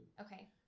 Okay